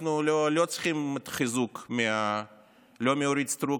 אנחנו לא צריכים חיזוק לא מאורית סטרוק